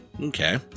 Okay